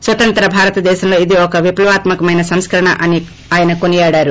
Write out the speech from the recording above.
స్వతంత్ర భారత దేశంలో ఇది ఒక విప్లవాత్మ కమైన సంస్కరణ అని ఆయన కొనియాడారు